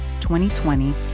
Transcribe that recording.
2020